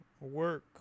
Work